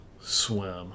swim